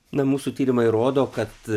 na mūsų tyrimai rodo kad